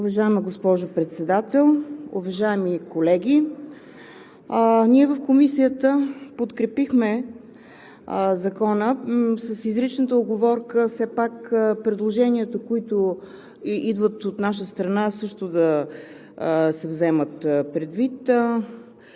Уважаема госпожо Председател, уважаеми колеги! Ние в Комисията подкрепихме Закона с изричната уговорка – все пак предложенията, които идват от наша страна, също да се вземат предвид,